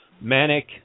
Manic